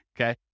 okay